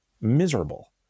miserable